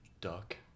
duck